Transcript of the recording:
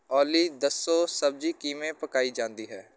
ਓਲੀ ਦੱਸੋ ਸਬਜ਼ੀ ਕਿਵੇਂ ਪਕਾਈ ਜਾਂਦੀ ਹੈ